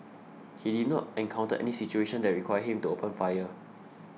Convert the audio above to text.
he did not encounter any situation that required him to open fire